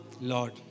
Lord